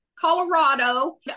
Colorado